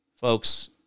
folks